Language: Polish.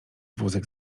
wózek